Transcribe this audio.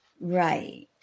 Right